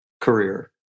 career